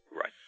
right